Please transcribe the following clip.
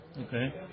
Okay